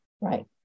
Right